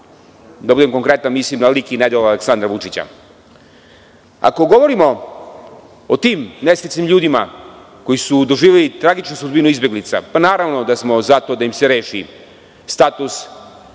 Da budem konkretan, mislim na lik i nedela Aleksandra Vučića. Ako govorimo o tim nesrećnim ljudima koji su doživeli tragičnu sudbinu izbeglica, pa naravno da smo za to da im se reši status i da